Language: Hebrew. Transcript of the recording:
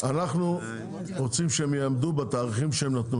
אנחנו רוצים שהם יעמדו בתאריכים שהם נתנו.